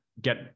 get